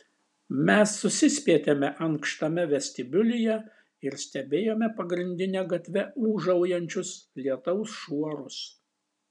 mes susispietėme ankštame vestibiulyje ir stebėjome pagrindine gatve ūžaujančius lietaus šuorus